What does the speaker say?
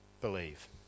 Believe